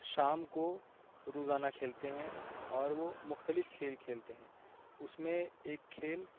شام کو روزانہ کھیلتے ہیں اور وہ مختلف کھیل کھیلتے ہیں اس میں ایک کھیل